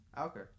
Okay